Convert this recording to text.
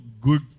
good